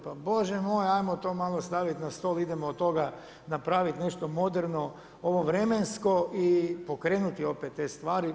Pa Bože moj ajmo to malo staviti na stol, idemo od toga napraviti nešto moderno ovo vremensko i pokrenuti opet te stvari.